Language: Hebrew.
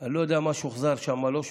אני לא יודע מה שוחזר שם, מה לא שוחזר,